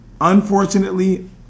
Unfortunately